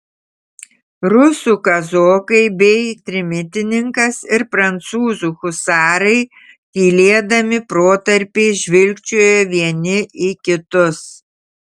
rusų kazokai bei trimitininkas ir prancūzų husarai tylėdami protarpiais žvilgčiojo vieni į kitus